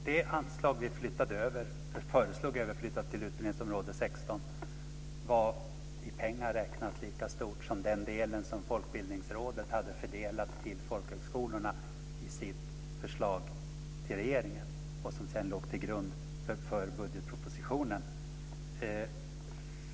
Fru talman! Det anslag som vi föreslog skulle bli överflyttat till utgiftsområde 16 var i pengar räknat lika stort som den del som Folkbildningsrådet hade fördelat till folkhögskolorna i sitt förslag till regeringen. Detta låg sedan till grund för budgetpropositionen.